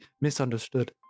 misunderstood